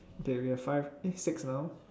okay we have five eh six now